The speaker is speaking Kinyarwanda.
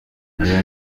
ayo